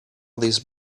these